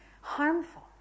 harmful